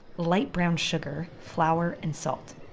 light brown sugar, flour and salt.